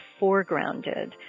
foregrounded